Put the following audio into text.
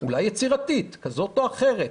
אולי יצירתית כזו או אחרת,